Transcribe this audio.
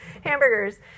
hamburgers